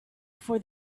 for